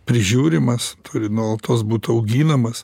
prižiūrimas turi nuolatos būt auginamas